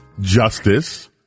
justice